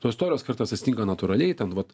tos istorijos kartais atsitinka natūraliai ten vat